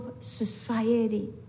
society